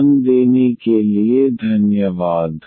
ध्यान देने के लिए धन्यवाद